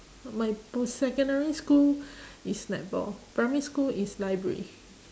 my pos~ secondary school is netball primary school is library